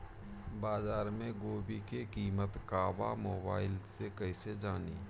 बाजार में गोभी के कीमत का बा मोबाइल से कइसे जानी?